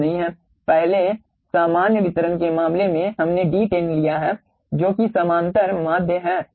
पहले सामान्य वितरण के मामले में हमने d10 लिया है जो कि समांतर माध्य था